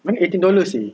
I mean eighteen dollars seh